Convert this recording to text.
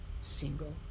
single